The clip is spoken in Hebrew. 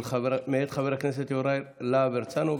מאת חבר הכנסת יוראי להב הרצנו,